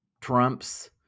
Trump's